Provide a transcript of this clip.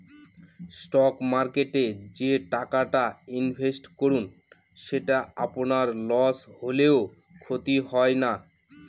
stock মার্কেটে যে টাকাটা ইনভেস্ট করুন সেটা আপনার লস হলেও ক্ষতি হয় না